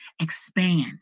expand